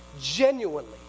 genuinely